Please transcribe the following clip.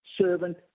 servant